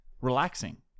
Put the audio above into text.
relaxing